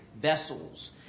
vessels